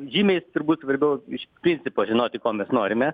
žymiai turbūt svarbiau iš principo žinoti ko mes norime